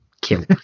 kill